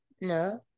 No